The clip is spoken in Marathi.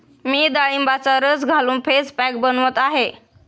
मी डाळिंबाचा रस घालून फेस पॅक बनवत आहे